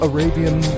Arabian